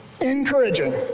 encouraging